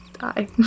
die